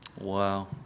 Wow